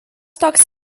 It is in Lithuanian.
toks